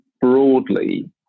broadly